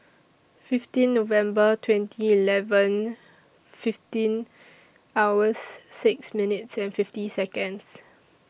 fifteen November twenty eleven fifteen hours six minutes and fifty Seconds